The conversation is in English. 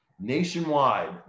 nationwide